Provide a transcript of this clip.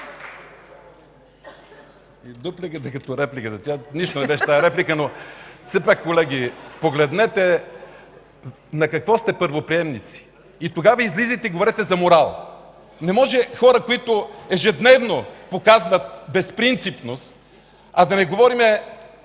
дупликата, като репликата – тя, нищо не беше, тази реплика, но все пак, колеги, погледнете на какво сте първоприемници и тогава излизайте и говорете за морал. Не може хора, които ежедневно показват безпринципност, а да не говорим